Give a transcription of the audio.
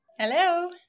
Hello